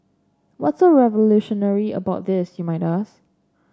what so revolutionary about this you might ask